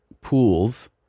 pools